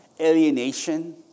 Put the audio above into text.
alienation